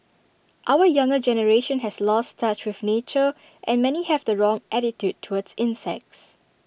our younger generation has lost touch with nature and many have the wrong attitude towards insects